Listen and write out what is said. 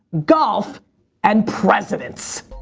golf and presidents.